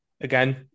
again